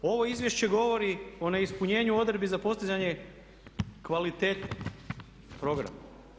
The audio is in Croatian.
Ovo izvješće govori o neispunjenju odredbi za postizanje kvalitete programa.